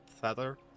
feather